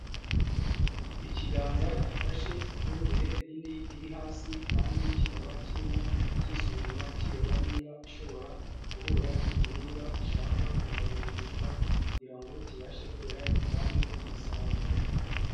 Ikiganza gifashe ifumbire indi iri hasi kandi kikaba kirimo cyiyisuzuma kireba niba ishobora guhura n'igihingwa gishaka kuzayihingishwa, kugira ngo kibashe kwera gitange umusaruro.